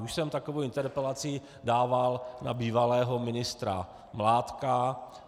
Už jsem takovou interpelaci dával na bývalého ministra Mládka.